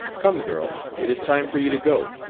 come, girl, it is time for you to go.